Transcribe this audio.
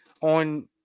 on